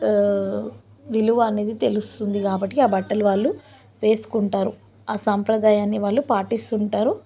విలువ అనేది తెలుస్తుంది కాబట్టి ఆ బట్టలు వాళ్ళు వేసుకుంటారు ఆ సాంప్రదాయాన్ని వాళ్ళు పాటిస్తుంటారు